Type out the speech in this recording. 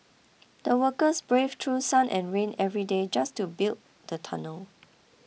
the workers braved through sun and rain every day just to build the tunnel